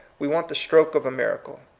we want the stroke of a miracle.